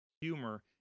humor